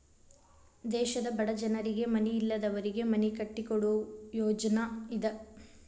ದೇಶದ ಬಡ ಜನರಿಗೆ ಮನಿ ಇಲ್ಲದವರಿಗೆ ಮನಿ ಕಟ್ಟಿಕೊಡು ಯೋಜ್ನಾ ಇದ